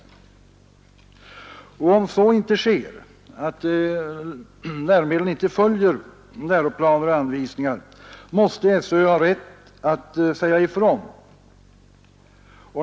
Om så inte sker måste SÖ ha rätt att säga ifrån.